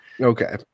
Okay